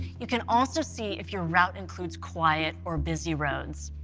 you can also see if your route includes quiet or busy roads.